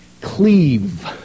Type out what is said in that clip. cleave